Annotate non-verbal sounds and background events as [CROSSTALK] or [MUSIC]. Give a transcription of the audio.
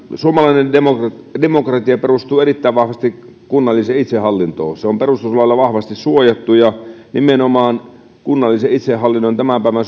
suomalainen demokratia perustuu erittäin vahvasti kunnalliseen itsehallintoon se on perustuslailla vahvasti suojattu ja kunnallisen itsehallinnon tämän päivän [UNINTELLIGIBLE]